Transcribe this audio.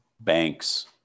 banks